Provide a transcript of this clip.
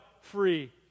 free